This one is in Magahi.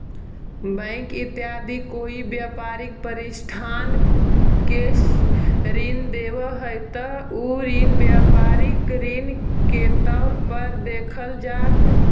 बैंक यदि कोई व्यापारिक प्रतिष्ठान के ऋण देवऽ हइ त उ ऋण व्यापारिक ऋण के तौर पर देखल जा हइ